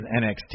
NXT